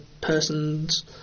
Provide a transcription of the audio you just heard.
persons